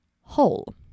whole